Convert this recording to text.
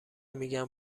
میگن